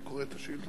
מיקרופון.